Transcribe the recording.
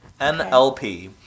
NLP